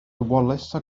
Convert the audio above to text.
wallace